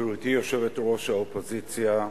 גברתי יושבת-ראש האופוזיציה,